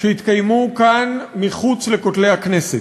שהתקיימו כאן מחוץ לכותלי הכנסת,